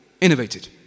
innovated